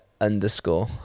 underscore